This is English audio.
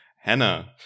Hannah